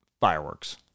fireworks